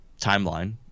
timeline